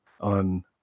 on